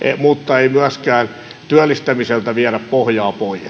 mutta ei myöskään työllistämiseltä viedä pohjaa poies